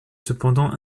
cependant